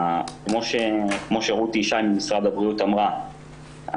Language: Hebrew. כמו שרותי ישי ממשרד הבריאות אמרה,